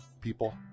people